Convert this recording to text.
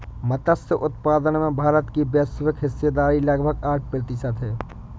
मत्स्य उत्पादन में भारत की वैश्विक हिस्सेदारी लगभग आठ प्रतिशत है